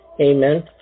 Amen